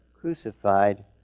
crucified